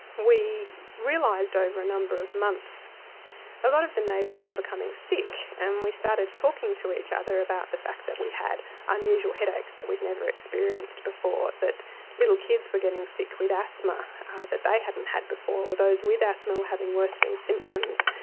we realised over a number of months a lot of the neighbours were becoming sick and we started talking to each other about the fact that we had unusual headaches that we'd never experienced before, that little kids were getting sick with asthma that they hadn't had before or those with asthma were having worsening symptoms.